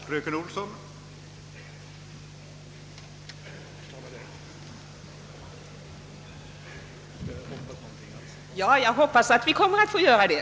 Herr talman! Ja, jag hoppas att riksdagen kommer att få göra det.